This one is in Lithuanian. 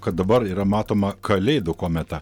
kad dabar yra matoma kalėdų kometa